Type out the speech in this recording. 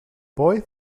boy